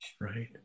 Right